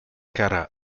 cara